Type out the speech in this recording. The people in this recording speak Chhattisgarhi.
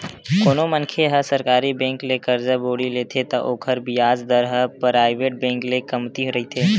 कोनो मनखे ह सरकारी बेंक ले करजा बोड़ी लेथे त ओखर बियाज दर ह पराइवेट बेंक ले कमती रहिथे